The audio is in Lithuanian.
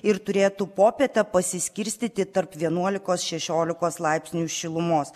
ir turėtų popietę pasiskirstyti tarp vienuolikos šešiolikos laipsnių šilumos